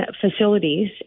facilities